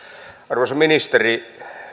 arvoisa ministeri